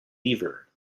lever